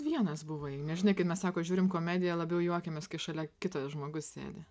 vienas buvai nes žinai kaip mes sako žiūrim komediją labiau juokiamės kai šalia kitas žmogus sėdi